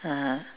(uh huh)